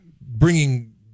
bringing